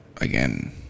again